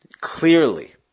clearly